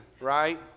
right